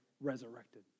resurrected